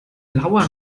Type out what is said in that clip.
blauer